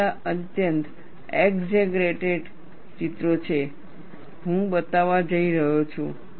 તે બધા અત્યંત એગઝેગરેટેડ ચિત્રો છે હું બતાવવા જઈ રહ્યો છું